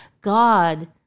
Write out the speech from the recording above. God